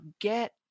get